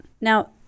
Now